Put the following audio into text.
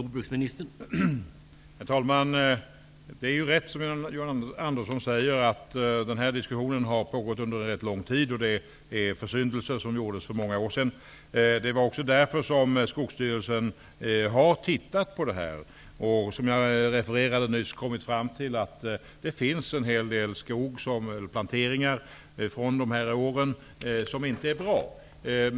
Herr talman! Det är riktigt som John Andersson säger att denna diskussion har pågått under rätt lång tid. Det är fråga om försyndelser som gjordes för många år sedan. Det är också därför som Skogsstyrelsen har tittat på detta problem och, som jag refererade nyss, kommit fram till att det finns en hel del skogsplanteringar från dessa år som inte är bra.